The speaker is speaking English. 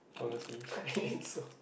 honestly